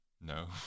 No